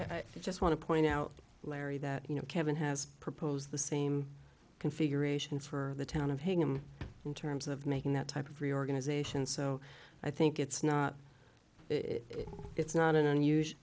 know i just want to point out larry that you know kevin has proposed the same configuration for the town of him in terms of making that type of reorganization so i think it's not it it's not an unusual